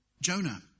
Jonah